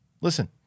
Listen